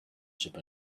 chip